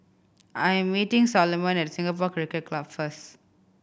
I am meeting Solomon at Singapore Cricket Club first